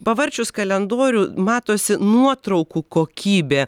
pavarčius kalendorių matosi nuotraukų kokybė